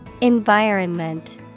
Environment